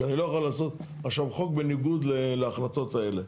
כי אני לא יכול לעשות עכשיו חוק בניגוד להחלטות האלה.